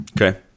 Okay